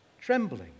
trembling